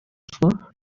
for